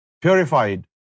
purified